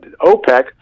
OPEC